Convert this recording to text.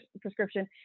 prescription